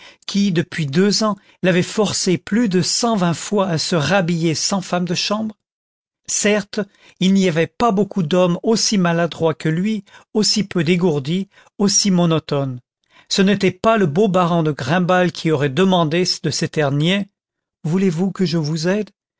qui depuis deux ans l'avait forcée plus de cent vingt fois à se rhabiller sans femme de chambre certes il n'y avait pas beaucoup d'hommes aussi maladroits que lui aussi peu dégourdis aussi monotones ce n'était pas le beau baron de grimbal qui aurait demandé de cet air niais voulez-vous que je vous aide